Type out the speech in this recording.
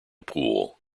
pool